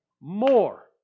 more